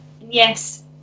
Yes